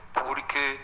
porque